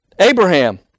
Abraham